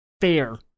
fair